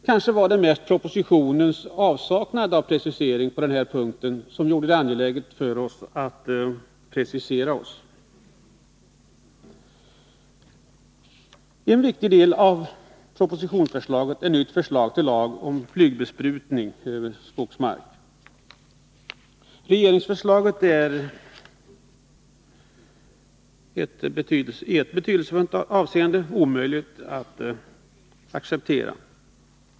Kanske var det mest propositionens avsaknad av precisering på den här punkten som gjorde det angeläget för oss att reservera Oss. En viktig del av propositionsförslaget är nytt förslag till lag om flygbesprutning över skogsmark. Regeringsförslaget är i ett mycket betydelsefullt avseende omöjligt att acceptera.